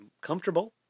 comfortable